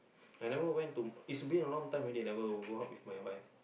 I never went to is been a long time already I never go out with my wife